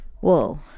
Whoa